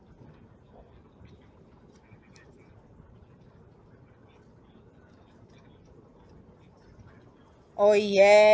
oh yes